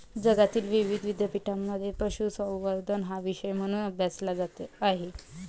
जगातील विविध विद्यापीठांमध्ये पशुसंवर्धन हा विषय म्हणून अभ्यासला जात आहे